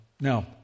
Now